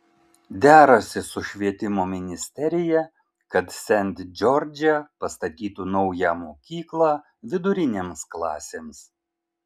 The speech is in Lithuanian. derasi su švietimo ministerija kad sent džordže pastatytų naują mokyklą vidurinėms klasėms